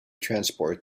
transport